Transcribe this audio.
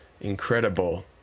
incredible